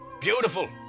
Beautiful